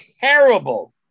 terrible